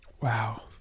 Wow